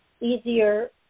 easier